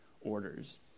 orders